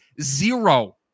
zero